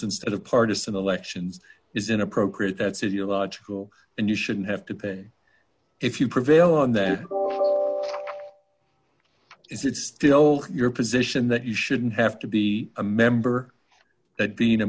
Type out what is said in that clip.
instead of partisan elections is inappropriate that's a geological and you shouldn't have to pay if you prevail on that is it still your position that you shouldn't have to be a member that being a